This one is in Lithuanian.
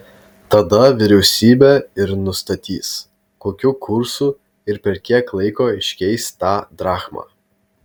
tada vyriausybė ir nustatys kokiu kursu ir per kiek laiko iškeis tą drachmą